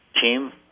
team